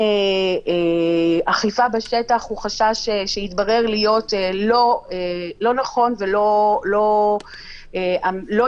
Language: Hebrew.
אכיפה בשטח הוא חשש שהתברר להיות לא נכון ולא התממש,